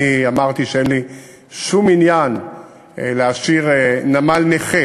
אמרתי שאין לי שום עניין להשאיר נמל נכה